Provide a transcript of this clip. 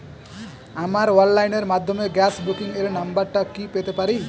আমার অনলাইনের মাধ্যমে গ্যাস বুকিং এর নাম্বারটা কি পেতে পারি?